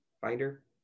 finder